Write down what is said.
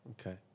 Okay